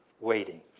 waiting